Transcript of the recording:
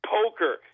poker